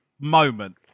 moment